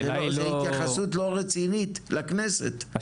זו התייחסות לא רצינית לכנסת.